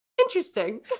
interesting